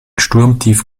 sturmtief